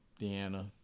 Deanna